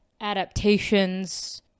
adaptations